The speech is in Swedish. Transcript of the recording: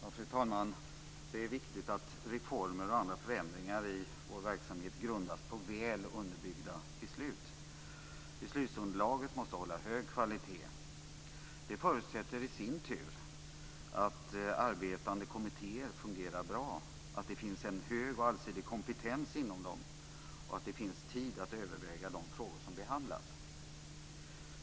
Fru talman! Det är viktigt att reformer och andra förändringar i vår verksamhet grundas på väl underbyggda beslut. Beslutsunderlaget måste hålla hög kvalitet. Det förutsätter i sin tur att arbetande kommittéer fungerar bra, att det finns en hög och allsidig kompetens inom dem och att det finns tid att överväga de frågor som behandlas.